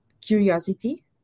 curiosity